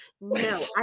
No